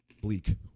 bleak